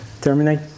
terminate